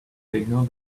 signal